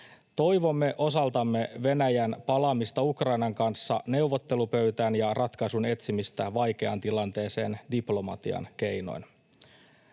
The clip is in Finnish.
Toivomme osaltamme Venäjän palaamista Ukrainan kanssa neuvottelupöytään ja ratkaisun etsimistä vaikeaan tilanteeseen diplomatian keinoin.